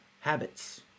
habits